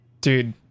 Dude